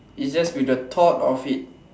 is just with the thought of it